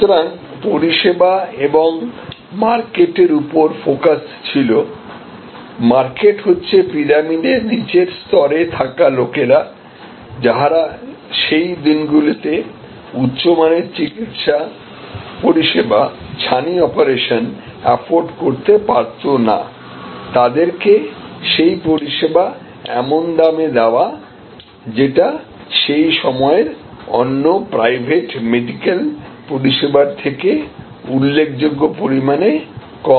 সুতরাং পরিষেবা এবং মার্কেটের উপর ফোকাস ছিল মার্কেট হচ্ছে পিরামিডের নীচের স্তরে থাকা লোকেরা যাহারা সেই দিনগুলিতে উচ্চমানের চিকিত্সা পরিষেবাছানি অপারেশন এফোর্ড করতে পারতো নাতাদেরকে সেই পরিষেবা এমন দামে দেওয়া যেটা সেই সময়ের অন্য প্রাইভেট মেডিকেল পরিষেবার থেকে উল্লেখযোগ্য পরিমাণে কম